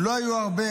הרבה